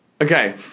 Okay